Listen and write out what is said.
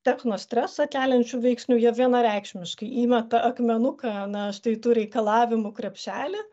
techno stresą keliančių veiksnių jie vienareikšmiškai įmeta akmenuką na štai tų reikalavimų krepšely